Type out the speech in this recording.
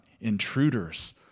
intruders